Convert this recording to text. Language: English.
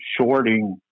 shorting